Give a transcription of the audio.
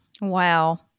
Wow